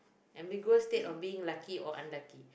ambiguous state of being lucky or unlucky